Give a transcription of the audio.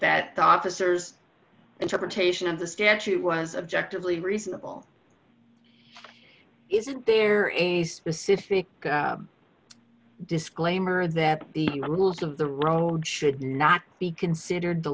that the officers interpretation of the statute was objective lee reasonable isn't there a specific disclaimer that the rules of the road should not be considered the